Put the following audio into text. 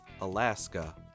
Alaska